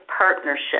partnership